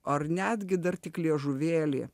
ar netgi dar tik liežuvėlį